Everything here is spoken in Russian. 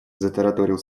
затараторил